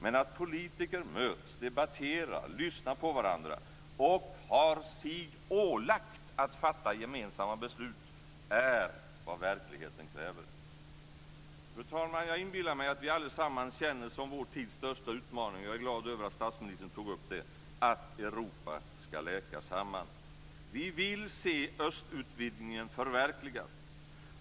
Men att politiker möts, debatterar, lyssnar på varandra och har sig ålagt att fatta gemensamma beslut är vad verkligheten kräver. Fru talman! Jag inbillar mig att vi allesammans känner som vår tids största utmaning - och jag är glad över att statsministern tog upp det - att Europa ska läka samman. Vi vill se östutvidgningen förverkligad.